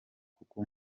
kuko